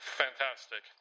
fantastic